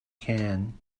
can